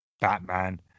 batman